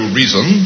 reason